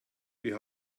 wir